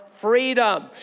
freedom